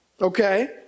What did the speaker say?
Okay